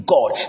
God